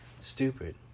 stupid